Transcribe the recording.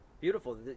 Beautiful